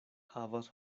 havas